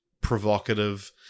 provocative